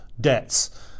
debts